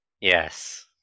Yes